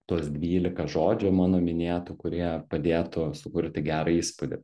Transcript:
tuos dvylika žodžių mano minėtų kurie padėtų sukurti gerą įspūdį